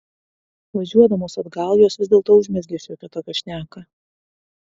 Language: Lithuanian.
važiuodamos atgal jos vis dėlto užmezgė šiokią tokią šneką